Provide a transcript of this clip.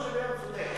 לא כל שוויון צודק.